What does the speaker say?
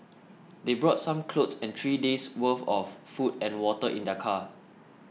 they brought some clothes and three days worth of food and water in their car